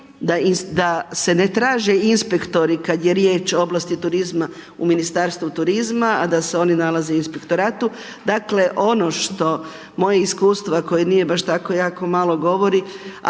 da se ne traže inspektori kada je riječ o oblasti turizma u Ministarstvu turizma, a da se oni nalaze u inspektoratu. Dakle, ono što moje iskustva koje nije baš tako jako malo govori,